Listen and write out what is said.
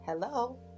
Hello